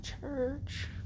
church